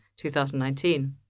2019